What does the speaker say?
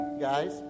guys